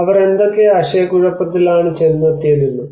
അവർ എന്തൊക്കെ ആശയക്കുഴപ്പത്തിലാണ് ചെന്നെത്തിയത് എന്നും